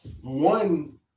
one